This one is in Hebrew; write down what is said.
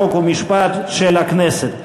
חוק ומשפט של הכנסת.